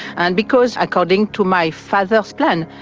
and because, according to my father's plan,